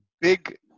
big